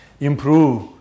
Improve